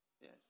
Yes